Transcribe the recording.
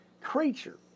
creature